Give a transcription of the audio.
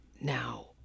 now